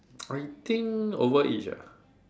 I think overage ah